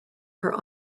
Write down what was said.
her